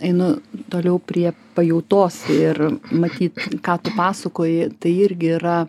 einu toliau prie pajautos ir matyt ką tu pasakoji tai irgi yra